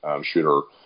shooter